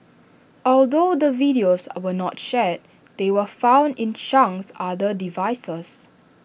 although the videos were not shared they were found in Chang's other devices